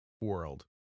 world